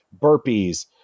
burpees